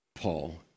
Paul